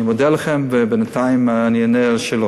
אני מודה לכם ובינתיים אני אענה על שאלות.